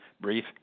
brief